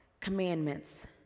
commandments